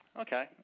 Okay